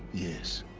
yes.